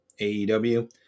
AEW